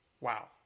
Wow